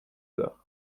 heures